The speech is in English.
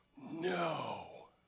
No